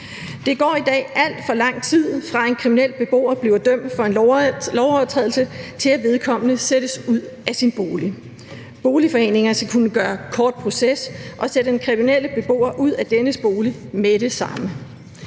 Der går i dag alt for lang tid, fra en kriminel beboer bliver dømt for en lovovertrædelse, til at vedkommende sættes ud af sin bolig. Boligforeningerne skal kunne gøre kort proces og sætte en kriminel beboer ud af dennes bolig med det samme.